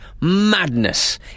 madness